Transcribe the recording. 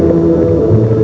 or